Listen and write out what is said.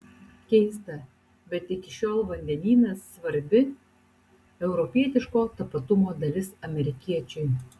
keista bet iki šiol vandenynas svarbi europietiško tapatumo dalis amerikiečiui